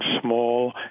small